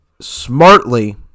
smartly